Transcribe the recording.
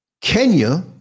Kenya